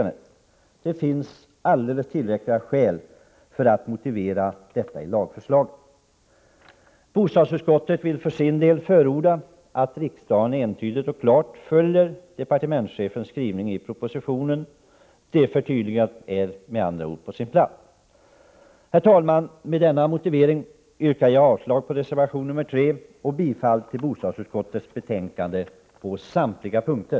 Det finns tillräckliga motiv härför i förslaget. Bostadsutskottet vill för sin del förorda att riksdagen entydigt och klart följer departementschefens skrivning i propositionen. Detta är ett förtydligande som är på sin plats. Herr talman! Med denna motivering yrkar jag avslag på reservation 3 och bifall till bostadsutskottets betänkande på samtliga punkter.